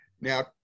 Now